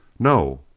no!